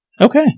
Okay